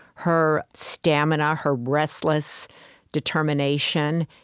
her stamina, her restless determination,